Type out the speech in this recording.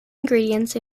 ingredient